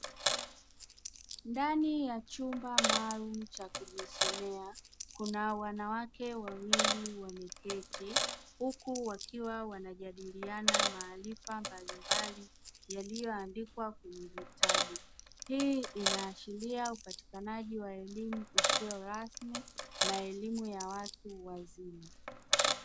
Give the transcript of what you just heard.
Ndani ya chumba maalumu cha kujisomea kuna wanawake wawili wameketi, huku wakiwa wanajadiliana maarifa mbalimbali yaliyoandikwa kwenye vitabu. Hii inaashiria upatikanaji wa elimu isiyo rasmi na elimu ya watu wazima.